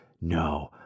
no